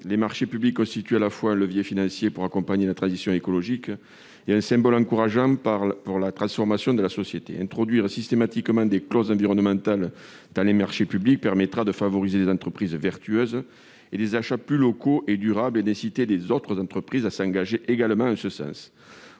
Les marchés publics constituent à la fois un levier financier fort pour réaliser la transition et un symbole pour encourager la transformation de la société. Introduire systématiquement des clauses environnementales dans les marchés publics permettra de favoriser les entreprises vertueuses et des achats plus locaux et durables. Par ailleurs, cela incitera d'autres entreprises à s'engager également dans ce sens.